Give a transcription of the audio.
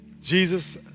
Jesus